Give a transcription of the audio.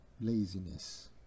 Laziness